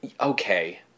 okay